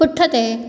पुठिते